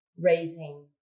raising